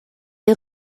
est